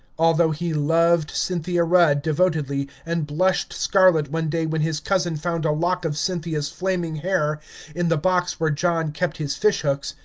although he loved cynthia rudd devotedly, and blushed scarlet one day when his cousin found a lock of cynthia's flaming hair in the box where john kept his fishhooks,